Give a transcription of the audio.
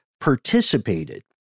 participated